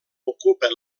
ocupa